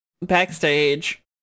backstage